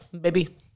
Baby